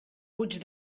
puig